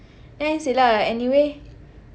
then I say lah anyway